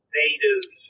native